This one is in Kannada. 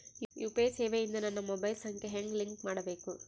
ಯು.ಪಿ.ಐ ಸೇವೆ ಇಂದ ನನ್ನ ಮೊಬೈಲ್ ಸಂಖ್ಯೆ ಹೆಂಗ್ ಲಿಂಕ್ ಮಾಡಬೇಕು?